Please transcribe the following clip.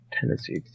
Tennessee